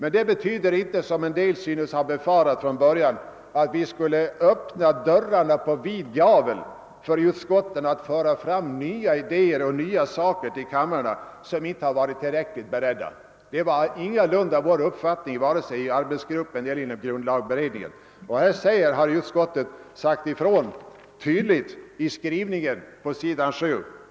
Nyheten betyder inte, som vissa ledamöter synes ha befarat, att dörrarna skulle öppnas på vid gavel för utskotten att till kamrarna föra fram nya idéer och spörsmål som inte har beretts tillräckligt. Det var ingalunda vår uppfattning vare sig i arbets gruppen eller i grundlagberedningen. Utskottet har också tydligt sagt ifrån detta i sin skrivning på sidan 7 i utlåtandet.